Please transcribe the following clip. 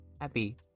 happy